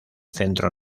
centro